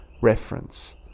reference